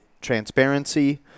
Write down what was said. transparency